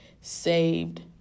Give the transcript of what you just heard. saved